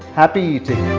happy